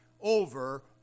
over